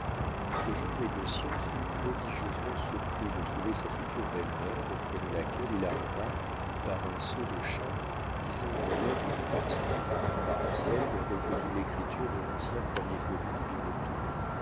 le jeune négociant fut prodigieusement surpris de trouver sa future belle-mère auprès de laquelle il arriva par un saut de chat lisant une lettre de du tillet car anselme reconnut l'écriture de l'ancien premier commis de birotteau